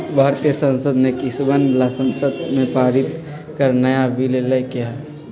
भारतीय संसद ने किसनवन ला संसद में पारित कर नया बिल लय के है